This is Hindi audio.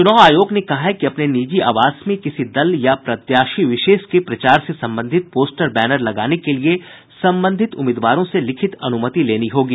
चुनाव आयोग ने कहा है कि अपने निजी आवास में किसी दल या प्रत्याशी विशेष के प्रचार से संबंधित पोस्टर बैनर लगाने के लिए संबंधित उम्मीदवारों से लिखित अनुमति लेनी होगी